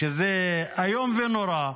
שזה איום ונורא,